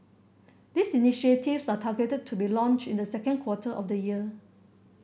these initiatives are targeted to be launched in the second quarter of the year